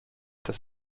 dass